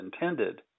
intended